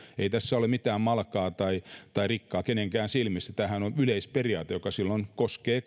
ei tässä ole mitään malkaa tai tai rikkaa kenenkään silmässä tämähän on yleisperiaate joka silloin koskee